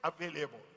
available